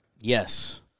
Yes